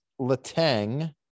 Letang